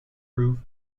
proof